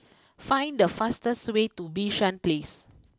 find the fastest way to Bishan place